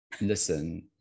listen